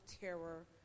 terror